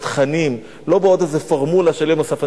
בתכנים, לא בעוד איזו פורמולה של יום נוסף.